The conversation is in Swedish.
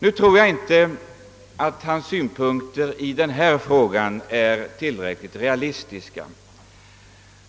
Nu tror jag emellertid inte att hans synpunkter i den här frågan är tillräckligt realistiska.